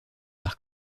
par